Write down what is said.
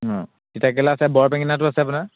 অঁ তিতা কেৰেলা আছে বৰ বেঙেনাটো আছে আপোনাৰ